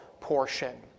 portion